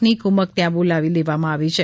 ની કુમક ત્યાં બોલાવી દેવામાં આવી છે